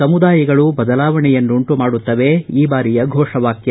ಸಮುದಾಯಗಳು ಬದಲಾವಣೆಯನ್ನುಂಟು ಮಾಡುತ್ತವೆ ಈ ಬಾರಿಯ ಘೋಷವಾಕ್ಯ